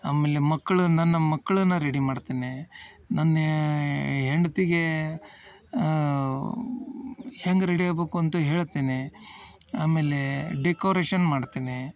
ಆಮೇಲೆ ಮಕ್ಳು ನನ್ನ ಮಕ್ಳನ್ನು ರೆಡಿ ಮಾಡ್ತೇನೆ ನನ್ನ ಹೆಂಡ್ತಿಗೆ ಹೆಂಗೆ ರೆಡಿ ಆಗಬೇಕು ಅಂತ ಹೇಳ್ತೀನಿ ಆಮೇಲೆ ಡೆಕೋರೇಷನ್ ಮಾಡ್ತೀನಿ